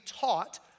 taught